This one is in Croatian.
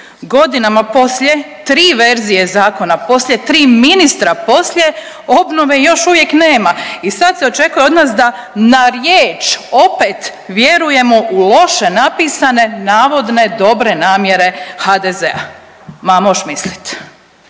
Godinama poslije 3 verzije zakona poslije, 3 ministra poslije obnove još uvijek nema i sad se očekuje od nas da na riječ opet vjerujemo u loše napisane navodne dobre namjere HDZ-a. Ma moš mislit.